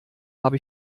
habe